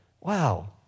Wow